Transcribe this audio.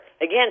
again